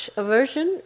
aversion